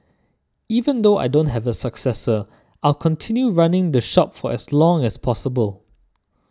even though I don't have a successor I'll continue running the shop for as long as possible